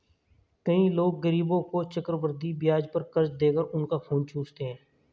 कई लोग गरीबों को चक्रवृद्धि ब्याज पर कर्ज देकर उनका खून चूसते हैं